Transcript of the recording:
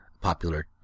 popular